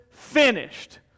finished